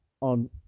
on